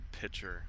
pitcher